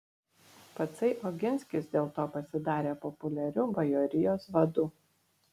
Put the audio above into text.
patsai oginskis dėl to pasidarė populiariu bajorijos vadu